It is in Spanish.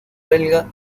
belga